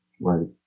Right